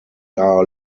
are